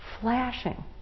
flashing